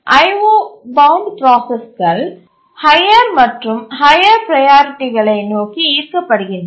IO bound ப்ராசஸ்கள்IO bound process higher மற்றும் higher ப்ரையாரிட்டிகளை நோக்கி ஈர்க்கபடுகின்றன